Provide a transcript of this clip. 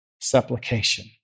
supplication